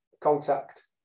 contact